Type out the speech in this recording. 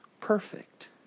perfect